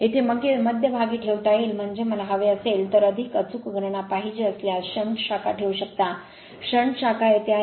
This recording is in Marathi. येथे मध्यभागी ठेवता येईल म्हणजे मला हवे असेल तर अधिक अचूक गणना पाहिजे असल्यास शंट शाखा ठेवू शकता शंट शाखा येथे आहे